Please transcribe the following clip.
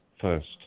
first